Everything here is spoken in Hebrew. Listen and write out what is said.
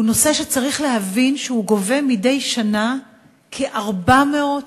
הוא נושא שצריך להבין: הן גובות מדי שנה כ-400 אנשים,